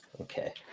Okay